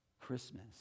Christmas